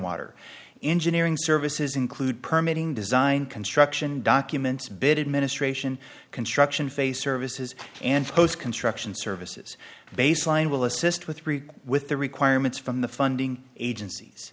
water engineering services include permeating design construction documents bit administration construction phase services and post construction services baseline will assist with with the requirements from the funding agencies